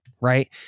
right